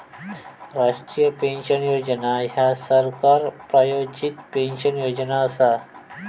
राष्ट्रीय पेन्शन योजना ह्या सरकार प्रायोजित पेन्शन योजना असा